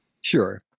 Sure